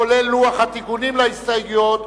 כולל לוח התיקונים להסתייגויות,